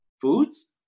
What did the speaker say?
foods